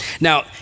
Now